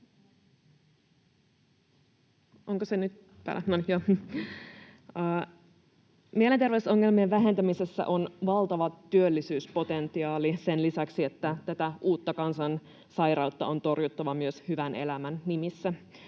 Mielenterveysongelmien vähentämisessä on valtava työllisyyspotentiaali sen lisäksi, että tätä uutta kansansairautta on torjuttava myös hyvän elämän nimissä.